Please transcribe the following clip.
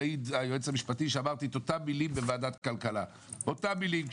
יעיד היועץ המשפטי של ועדת הכלכלה שאמרתי את אותן מילים בוועדת הכלכלה,